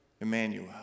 Emmanuel